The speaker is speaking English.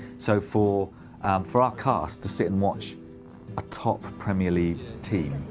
so for for our cast to sit and watch a top premier league team,